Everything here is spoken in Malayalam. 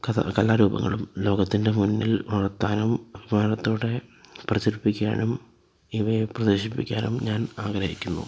കഥ കലാ രൂപങ്ങളും ലോകത്തിൻ്റെ മുന്നിൽ ഉണർത്താനും ബഹുമാനത്തോടെ പ്രചരിപ്പിക്കാനും ഇവയെ പ്രദർശിപ്പിക്കാനും ഞാൻ ആഗ്രഹിക്കുന്നു